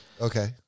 Okay